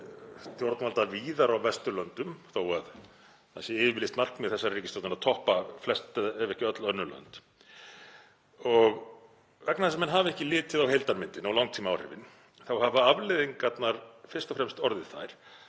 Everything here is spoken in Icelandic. anda stjórnvalda víðar á Vesturlöndum, þótt það sé yfirlýst markmið þessarar ríkisstjórnar að toppa flest ef ekki öll önnur lönd. Og vegna þess að menn hafa ekki litið á heildarmyndina og langtímaáhrifin hafa afleiðingarnar fyrst og fremst orðið þær